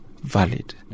valid